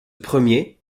premier